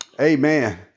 Amen